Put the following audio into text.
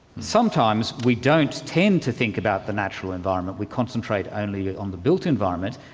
sometimes we don't tend to think about the natural environment, we concentrate only on the built environment,